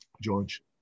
George